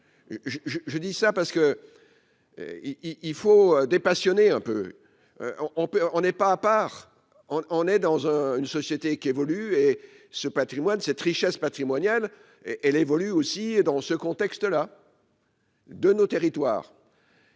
je dis ça parce que il il faut dépassionner un peu on on peut, on n'est pas à part, on est dans une société qui évolue et ce Patrimoine cette richesse patrimoniale et elle évolue aussi dans ce contexte là. De nos territoires.